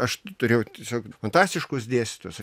aš turėjau tiesiog fantastiškus dėstytojus